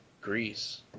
Greece